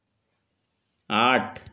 आठ